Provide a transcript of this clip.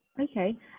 okay